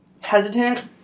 hesitant